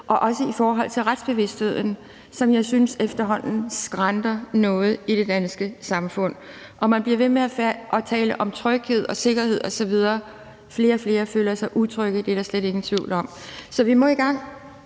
og også i forhold til retsbevidstheden, som jeg synes efterhånden skranter noget i det danske samfund. Det må jeg sige. Man bliver også ved med at tale om tryghed og sikkerhed osv. Flere og flere føler sig utrygge, det er der slet ingen tvivl om. Så vi må i gang,